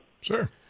Sure